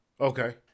okay